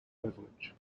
beverage